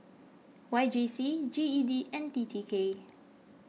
Y J C G E D and T T K